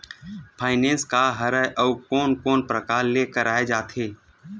Finance का हरय आऊ कोन कोन प्रकार ले कराये जाथे?